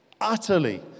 Utterly